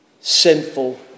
sinful